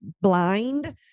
blind